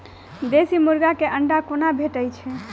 देसी मुर्गी केँ अंडा कोना भेटय छै?